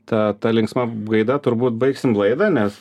ta ta linksma gaida turbūt baigsim laidą nes